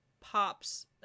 pops